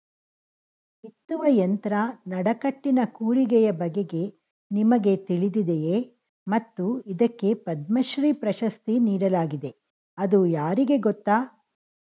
ಬಿತ್ತುವ ಯಂತ್ರ ನಡಕಟ್ಟಿನ ಕೂರಿಗೆಯ ಬಗೆಗೆ ನಿಮಗೆ ತಿಳಿದಿದೆಯೇ ಮತ್ತು ಇದಕ್ಕೆ ಪದ್ಮಶ್ರೀ ಪ್ರಶಸ್ತಿ ನೀಡಲಾಗಿದೆ ಅದು ಯಾರಿಗೆ ಗೊತ್ತ?